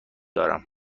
دارم